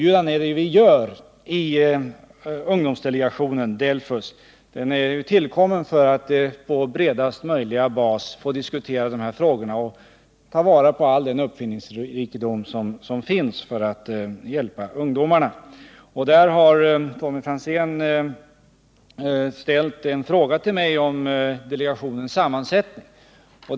Ungdomsdelegationen, DELFUS, har ju också inrättats för att vi på bredast möjliga bas skall kunna få diskutera de här frågorna och ta vara på all den uppfinningsrikedom som finns när det gäller att hjälpa ungdomarna. Tommy Franzén har frågat mig om delegationens sammansättning.